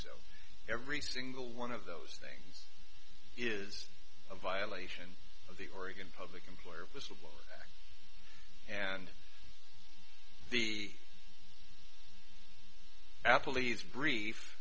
so every single one of those things is a violation of the oregon public employee whistleblower and the appleby's brief